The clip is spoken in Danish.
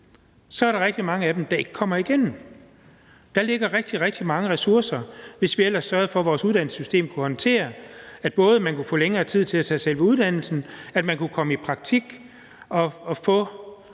Så er der rigtig mange af dem, der ikke kommer igennem. Der ligger rigtig, rigtig mange ressourcer, hvis vi ellers sørgede for, at vores uddannelsessystem kunne håndtere, at man både kunne få længere tid til at tage selve uddannelsen, og at man kunne komme i praktik på,